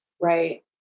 Right